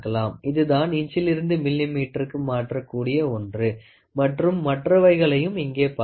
இதுதான் இன்ச்சிலிருந்து மில்லிமீட்டருக்கு மாற்ற கூடிய ஒன்று மற்றும் மற்றவைகளையும் இங்கே பார்க்கலாம்